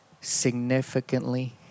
significantly